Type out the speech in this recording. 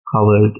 covered